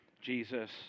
Jesus